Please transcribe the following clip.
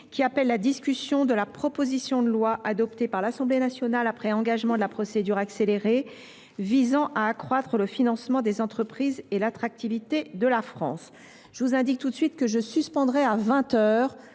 jour appelle la discussion de la proposition de loi, adoptée par l’Assemblée nationale après engagement de la procédure accélérée, visant à accroître le financement des entreprises et l’attractivité de la France (proposition n° 536, texte de la commission n°